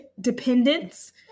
dependence